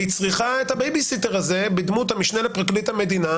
והיא צריכה את הבייביסיטר הזה בדמות המשנה לפרקליט המדינה